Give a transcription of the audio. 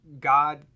God